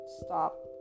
stop